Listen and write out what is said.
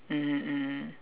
mmhmm mmhmm